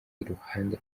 iruhande